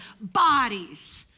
bodies